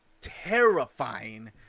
terrifying